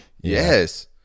Yes